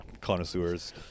connoisseurs